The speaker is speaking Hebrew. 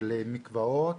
מקוואות,